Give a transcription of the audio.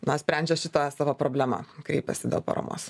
na sprendžia šitą tavo problemą kreipiasi dėl paramos